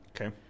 Okay